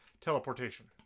teleportation